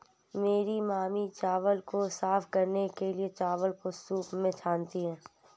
मेरी मामी चावल को साफ करने के लिए, चावल को सूंप में छानती हैं